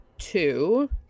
two